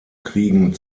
kriegen